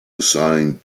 assigned